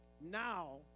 now